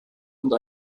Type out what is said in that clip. und